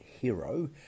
hero